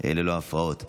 ללא הפרעות.